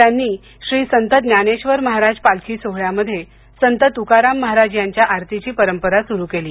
त्यांनी श्री संत ज्ञानेश्वर महाराज पालखी सोहळ्यामध्ये संत तूकाराम महाराज यांच्या आरतीची परंपरा सूरु केली